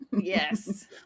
yes